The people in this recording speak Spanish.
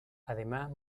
además